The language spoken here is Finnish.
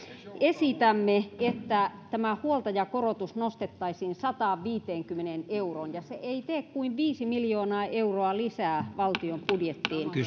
esitämme että tämä huoltajakorotus nostettaisiin sataanviiteenkymmeneen euroon ja se ei tee kuin viisi miljoonaa euroa lisää valtion budjettiin